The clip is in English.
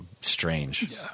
strange